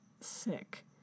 sick